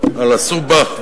"על הסובח",